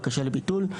בקשה לביטול,